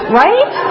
right